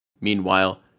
Meanwhile